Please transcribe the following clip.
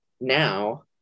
now